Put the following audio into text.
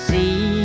See